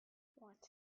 what